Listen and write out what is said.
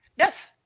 Yes